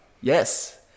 Yes